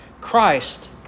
Christ